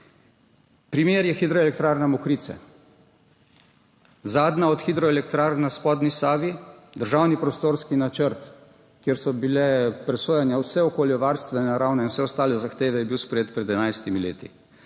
Primer je hidroelektrarna Mokrice. Zadnja od hidroelektrarn na spodnji Savi, državni prostorski načrt, kjer so bile presojanja vse okoljevarstvene, naravne in vse ostale zahteve, je bil sprejet pred 11 leti,